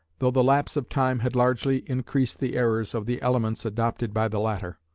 though the lapse of time had largely increased the errors of the elements adopted by the latter.